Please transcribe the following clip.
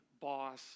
boss